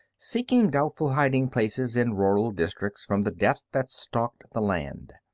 seeking doubtful hiding places in rural districts from the death that stalked the land.